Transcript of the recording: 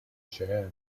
学院